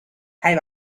hij